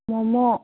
momo